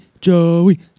Joey